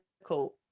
difficult